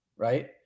Right